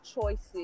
choices